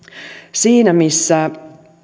siinä missä